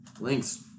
Links